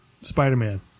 Spider-Man